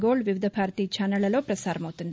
gold Vividh Bharati ఛానళ్ళలో పసారమవుతుంది